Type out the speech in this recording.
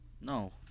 No